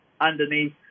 underneath